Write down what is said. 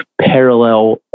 parallel